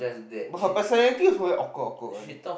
but her personality also very awkward awkward one